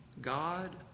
God